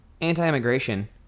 anti-immigration